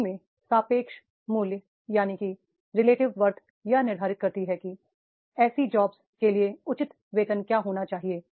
नौकरी में सापेक्ष मूल्य यह निर्धारित करती है कि ऐसी जॉब्स के लिए उचित वेतन क्या होना चाहिए